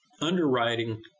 underwriting